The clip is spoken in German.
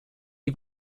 die